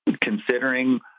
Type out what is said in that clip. considering